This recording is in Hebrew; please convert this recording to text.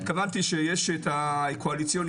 התכוונתי שיש את הקואליציוני,